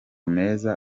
meza